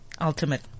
ultimate